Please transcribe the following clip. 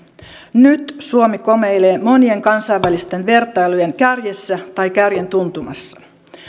nyt suomi komeilee monien kansainvälisten vertailujen kärjessä tai kärjen tuntumassa